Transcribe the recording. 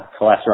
cholesterol